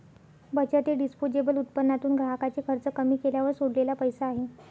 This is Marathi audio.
बचत हे डिस्पोजेबल उत्पन्नातून ग्राहकाचे खर्च कमी केल्यावर सोडलेला पैसा आहे